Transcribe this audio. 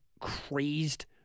crazed